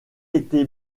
été